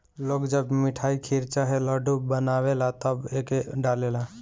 लोग जब मिठाई, खीर चाहे लड्डू बनावेला त एके डालेला